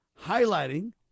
highlighting